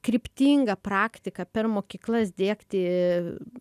kryptingą praktiką per mokyklas diegti